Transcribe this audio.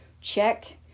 check